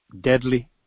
deadly